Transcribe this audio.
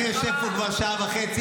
אני יושב פה כבר שעה וחצי.